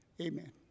amen